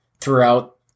throughout